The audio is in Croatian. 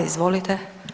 Izvolite.